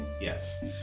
Yes